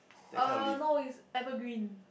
uh no it's evergreen